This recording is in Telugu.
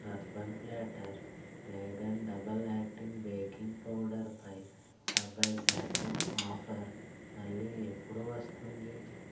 urban Platter vegan double acting baking పౌడర్పై డెబ్బై శాతం ఆఫర్ మళ్ళీ ఎప్పుడు వస్తుంది